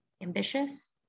ambitious